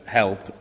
help